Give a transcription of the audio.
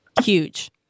Huge